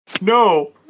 No